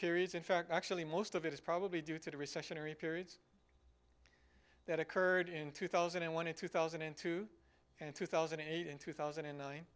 periods in fact actually most of it is probably due to the recessionary periods that occurred in two thousand and one and two thousand and two and two thousand and eight in two thousand and nine